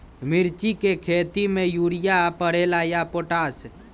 मिर्ची के खेती में यूरिया परेला या पोटाश?